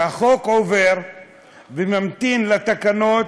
כשהחוק עובר וממתין לתקנות,